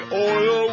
oil